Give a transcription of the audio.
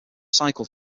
cycle